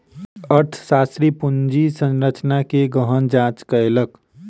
अर्थशास्त्री पूंजी संरचना के गहन जांच कयलक